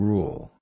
Rule